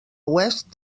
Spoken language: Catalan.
oest